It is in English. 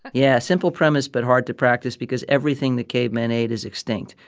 yeah, a simple premise but hard to practice because everything that cavemen ate is extinct.